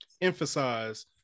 emphasize